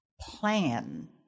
plan